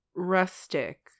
Rustic